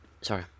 sorry